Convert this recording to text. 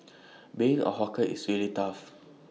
being A hawker is really tough